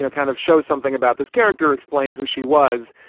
ah kind of show something about this character, explain who she was.